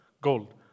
gold